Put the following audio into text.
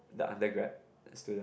the undergrad student